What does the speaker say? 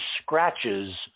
scratches